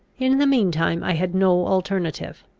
in the mean time i had no alternative.